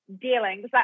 dealings